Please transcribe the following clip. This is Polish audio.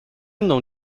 mną